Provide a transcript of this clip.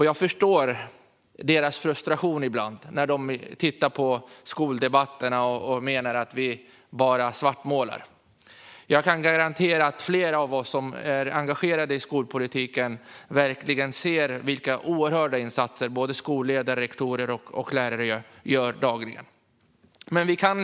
Jag förstår deras frustration ibland när de tittar på skoldebatterna och menar att vi bara svartmålar. Jag kan garantera att flera av oss som är engagerade i skolpolitiken verkligen ser vilka oerhört stora insatser som skolledare, rektorer och lärare gör dagligen.